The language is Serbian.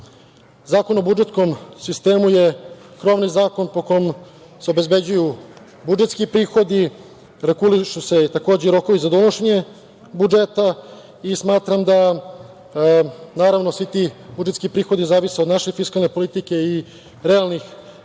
o budžetskom sistemu je krovni zakon po kom se obezbeđuju budžetskih prihodi, regulišu se rokovi za donošenje budžeta i smatram, naravno svi ti budžetski prihodi zavise od naše fiskalne politike i realnih ekonomskih